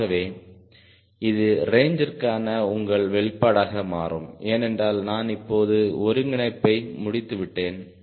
ஆகவே இது ரேஞ்சிற்க்கான உங்கள் வெளிப்பாடாக மாறும் ஏனென்றால் நான் இப்போது ஒருங்கிணைப்பை முடித்துவிட்டேன்